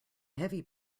heavy